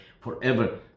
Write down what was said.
forever